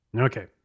Okay